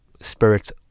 spirits